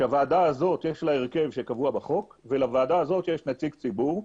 כשלוועדה הזאת יש הרכב שקבוע בחוק ולוועדה הזאת יש נציג ציבור,